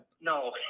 No